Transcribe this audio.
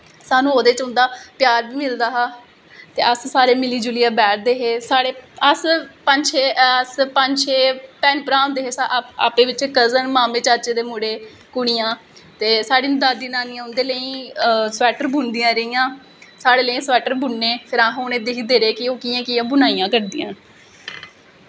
स्हानू उंदे च ओह्दा प्यार बी मिलदा हा ते अस सारे मिली जुलियै बैठदे हे सारे अर पंज छे भैनां भ्रा होंदे हे आपैं बिच्चे कज़न मामे चाचे दे मुड़े कुड़ियां ते साढ़ी दादी नानियां उंदे लेई स्वैट्टर बुनदियां रेहियां साढ़ै लेई स्वैट्टर बनने ते अस उनेंगी दिखदे रेह् कियाैं कियां बुनाईयां करदियां न